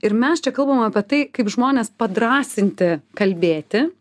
ir mes čia kalbam apie tai kaip žmonės padrąsinti kalbėti